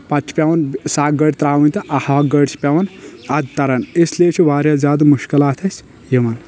پتہٕ چھِ پیٚوان سۄ اکھ گٲڑۍ تراوٕنۍ تہٕ ہۄ اکھ گٲڑۍ چھِ پیٚوان ادٕ تران اس لیے چھُ واریاہ زیادٕ مُشکِلات اسہِ یِوان